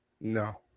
No